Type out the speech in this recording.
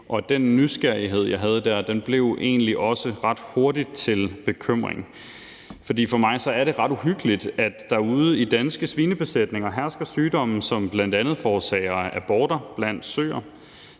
og den nysgerrighed, jeg havde der, blev egentlig også ret hurtigt til bekymring, for for mig er det ret uhyggeligt, at der ude i danske svinebesætninger hersker sygdomme, som bl.a. forårsager aborter blandt søer.